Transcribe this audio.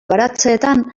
baratzeetan